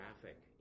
traffic